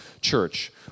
church